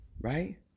right